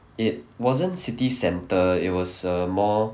it wasn't city centre it was a more